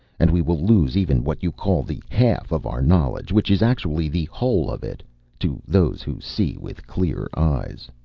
and we will lose even what you call the half of our knowledge which is actually the whole of it to those who see with clear eyes.